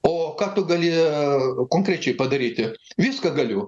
o ką tu gali konkrečiai padaryti viską galiu